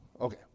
Okay